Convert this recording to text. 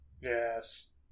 Yes